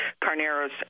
Carnero's